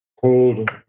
cold